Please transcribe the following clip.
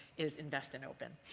is invest in open.